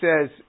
says